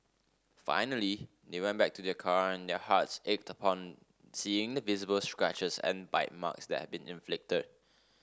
finally they went back to their car and their hearts ached upon seeing the visible scratches and bite marks that had been inflicted